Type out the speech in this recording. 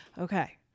okay